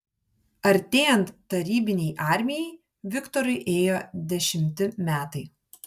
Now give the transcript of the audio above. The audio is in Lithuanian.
artėjant tarybinei armijai viktorui ėjo dešimti metai